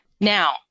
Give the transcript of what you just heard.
Now